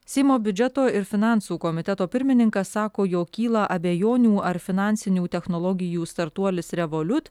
seimo biudžeto ir finansų komiteto pirmininkas sako jo kyla abejonių ar finansinių technologijų startuolis revoliut